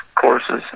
courses